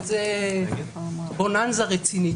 וזה בוננזה רצינית,